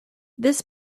this